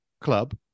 club